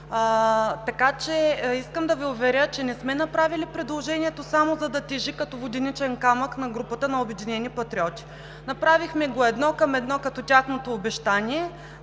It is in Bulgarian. на БСП. Искам да Ви уверя, че не сме направили предложението само, за да тежи като воденичен камък на групата на „Обединени патриоти“. Направихме го едно към едно като тяхното обещание,